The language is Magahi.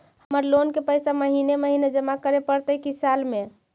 हमर लोन के पैसा महिने महिने जमा करे पड़तै कि साल में?